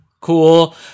Cool